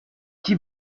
qui